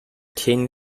tin